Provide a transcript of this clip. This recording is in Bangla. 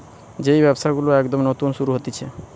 যেই ব্যবসা গুলো একদম নতুন শুরু হতিছে